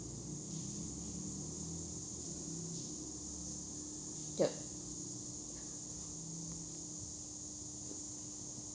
yup